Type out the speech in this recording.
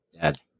Dad